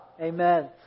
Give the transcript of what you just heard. Amen